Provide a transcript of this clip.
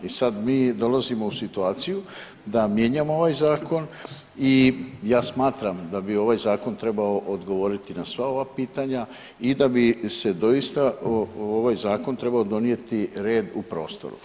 I sad mi dolazimo u situaciju da mijenjamo ovaj zakon i ja smatram da bi ovaj zakon trebao odgovoriti na sva ova pitanja i da bi se doista ovaj zakon trebao donijeti red u prostoru.